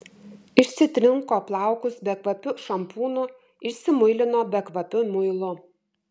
išsitrinko plaukus bekvapiu šampūnu išsimuilino bekvapiu muilu